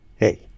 Hey